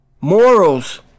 morals